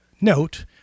note